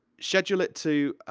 schedule it to,